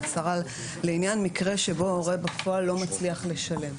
לעניין מקרה שבו הורה בפועל לא מצליח לשלם.